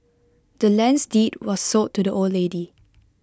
the land's deed was sold to the old lady